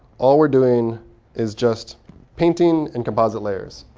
all we're doing is just painting and composite layers.